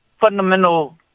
fundamental